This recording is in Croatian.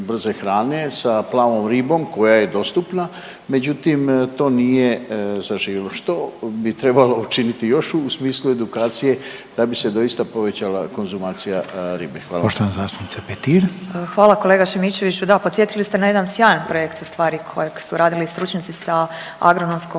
brze hrane sa plavom ribom koja je dostupna, međutim to nije zaživilo. Što bi trebalo učiniti još u smislu edukacije da bi se doista povećala konzumacija ribe. Hvala. **Reiner, Željko (HDZ)** Poštovana zastupnica Petir. **Petir, Marijana (Nezavisni)** Hvala kolega Šimičeviću. Da, podsjetili ste na jedan sjajan projekt u stvari kojeg su radili stručnjaci sa Agronomskog